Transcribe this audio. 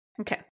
Okay